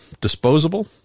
disposable